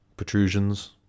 protrusions